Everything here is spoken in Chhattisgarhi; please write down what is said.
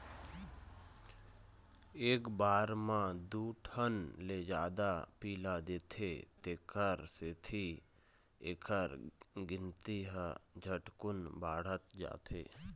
एक बार म दू ठन ले जादा पिला देथे तेखर सेती एखर गिनती ह झटकुन बाढ़त जाथे